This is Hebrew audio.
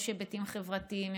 יש היבטים חברתיים,